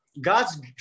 God's